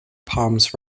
palms